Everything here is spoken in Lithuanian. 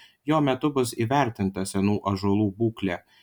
jo metu bus įvertinta senų ąžuolų būklė